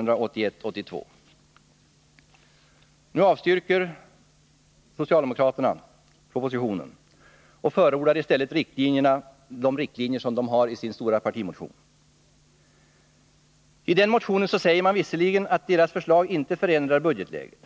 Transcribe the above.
Socialdemokraterna avstyrker propositionen och förordar i stället riktlinjerna i sin stora partimotion. I motionen säger man visserligen att deras förslag inte förändrar budgetläget.